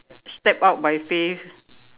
step up my faith